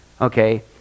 okay